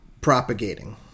propagating